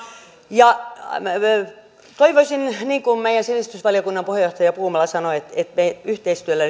ja toivoisin niin kuin meidän sivistysvaliokunnan puheenjohtaja puumala sanoi että me yhteistyöllä